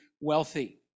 wealthy